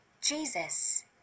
Jesus